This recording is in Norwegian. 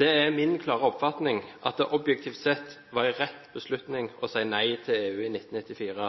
Det er min klare oppfatning at det objektivt sett var en riktig beslutning å si nei til EU i 1994.